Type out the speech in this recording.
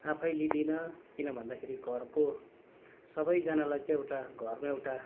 आफै लिइदिनँ किन भन्दाखेरि घरको सबैजनालाई चाहिँ एउटा घरको एउटा